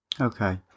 okay